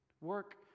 work